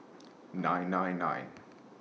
nine nine nine